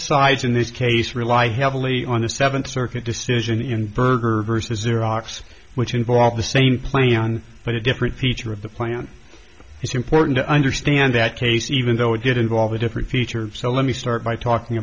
sides in this case rely heavily on the seventh circuit decision in burger versus xerox which in the same plan but a different feature of the plan is important to understand that case even though it did involve a different feature so let me start by talking